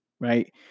right